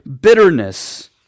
bitterness